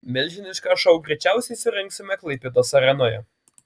milžinišką šou greičiausiai surengsime klaipėdos arenoje